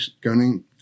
gunning